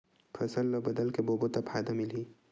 फसल ल बदल के बोबो त फ़ायदा मिलही?